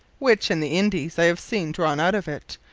which, in the indies i have seene drawne out if it,